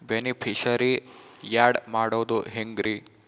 Beneficiary, add ಮಾಡೋದು ಹೆಂಗ್ರಿ?